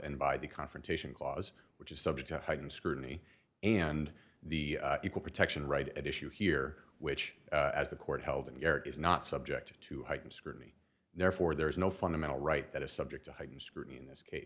and by the confrontation clause which is subject to heightened scrutiny and the equal protection right at issue here which as the court held in europe is not subject to heightened scrutiny therefore there is no fundamental right that is subject to heightened scrutiny in this case